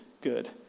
good